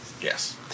yes